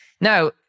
Now